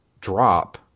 drop